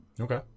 Okay